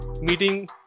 meeting